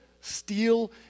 steal